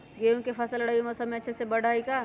गेंहू के फ़सल रबी मौसम में अच्छे से बढ़ हई का?